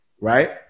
right